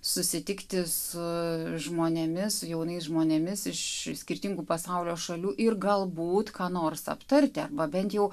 susitikti su žmonėmis su jaunais žmonėmis iš skirtingų pasaulio šalių ir galbūt ką nors aptarti arba bent jau